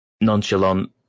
nonchalant